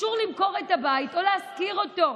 למכור את הבית או להשכיר אותו.